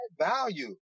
value